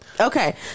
okay